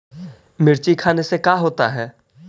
मिर्ची खाने से का होता है?